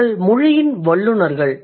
இவர்கள் மொழியின் வல்லுநர்கள்